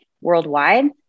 worldwide